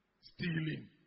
Stealing